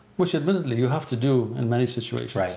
which admittedly you have to do in many situations,